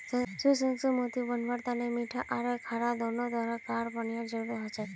सुसंस्कृत मोती बनव्वार तने मीठा आर खारा दोनों तरह कार पानीर जरुरत हछेक